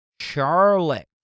Charlotte